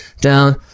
down